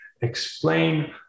explain